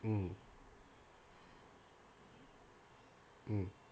mm mm